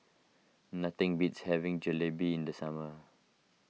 nothing beats having Jalebi in the summer